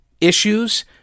issues